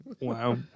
Wow